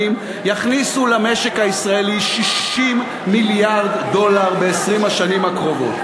יכניסו למשק הישראלי 60 מיליארד דולר ב-20 השנים הקרובות.